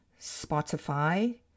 Spotify